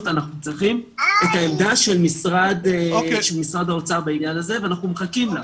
אנחנו צריכים את העמדה של משרד האוצר בענייו הזה ואנחנו מחכים לה.